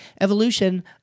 evolution